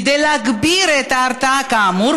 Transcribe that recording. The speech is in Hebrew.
כדי להגביר את ההרתעה כאמור,